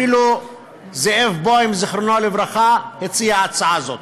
ואפילו זאב בוים, זיכרונו לברכה, הציע הצעה כזאת.